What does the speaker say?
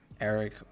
Eric